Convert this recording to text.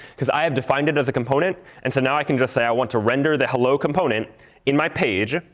because i have defined it as a component. and so now i can just say, i want to render the hello component in my page.